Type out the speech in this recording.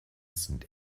sind